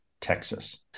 texas